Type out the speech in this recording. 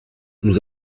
nous